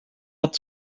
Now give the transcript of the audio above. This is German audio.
hat